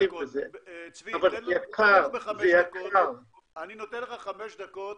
אני נותן לך חמש דקות